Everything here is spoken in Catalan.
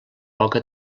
poca